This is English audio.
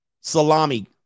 salami